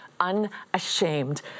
unashamed